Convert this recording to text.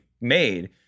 made